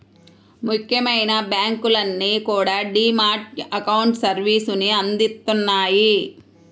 ముఖ్యమైన బ్యాంకులన్నీ కూడా డీ మ్యాట్ అకౌంట్ సర్వీసుని అందిత్తన్నాయి